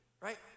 right